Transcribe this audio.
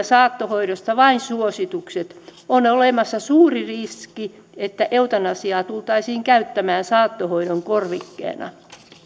saattohoidosta vain suositukset on olemassa suuri riski että eutanasiaa tultaisiin käyttämään saattohoidon korvikkeena